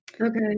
Okay